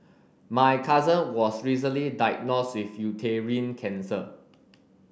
my cousin was recently diagnosed with uterine cancer